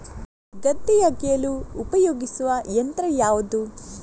ಗದ್ದೆ ಅಗೆಯಲು ಉಪಯೋಗಿಸುವ ಯಂತ್ರ ಯಾವುದು?